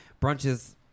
brunches